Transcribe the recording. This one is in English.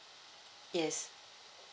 yes